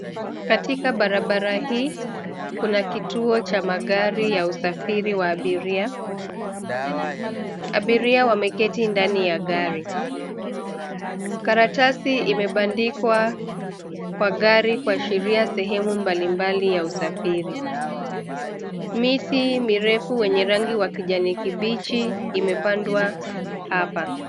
Katika barabara hii kuna kituo cha magari ya usafiri wa abiria. Abiria wameketi ndani ya gari. Karatasi imebandikwa kwa gari kuashiria sehemu mbalimbali ya usafiri. Miti mirefu wenye rangi wa kijani kibichi imepandwa hapa.